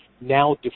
now